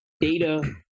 data